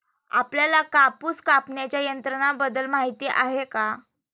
आपल्याला कापूस कापण्याच्या यंत्राबद्दल माहीती आहे का?